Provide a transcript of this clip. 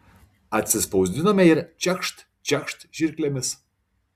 atsispausdiname ir čekšt čekšt žirklėmis